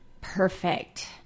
perfect